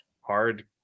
hard